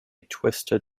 twisted